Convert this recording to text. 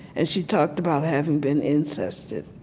and she talked about having been incested.